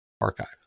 archive